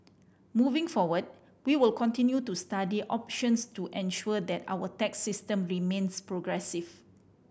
moving forward we will continue to study options to ensure that our tax system remains progressive